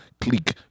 click